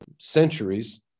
centuries